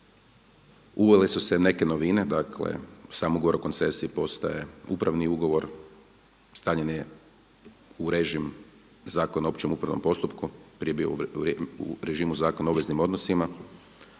Uvele su se neke novine, dakle sam ugovor o koncesiji postaje upravni ugovor. Stavljen je u režim Zakona o općem upravnom postupku. Prije je bio u režimu Zakona o obveznim odnosima.